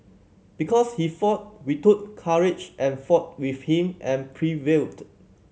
because he fought we took courage and fought with him and prevailed